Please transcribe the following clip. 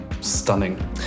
stunning